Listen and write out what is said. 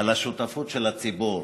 על השותפות של הציבור.